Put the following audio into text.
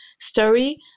story